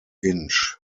inch